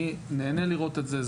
אני נהנה לראות את זה,